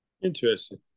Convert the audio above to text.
Interesting